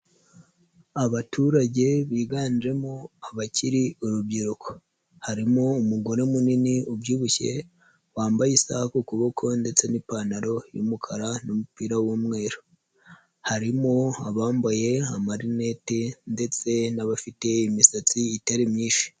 Abaturage biganjemo abakiri urubyiruko, harimo umugore munini ubyibushye, wambaye isaha ku kuboko ndetse n'ipantaro y'umukara n'umupira w'umweru, harimo abambaye amarinete ndetse n'abafite imisatsi itari myinshi.